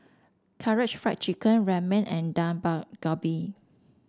Karaage Fried Chicken Ramen and Dak Galbi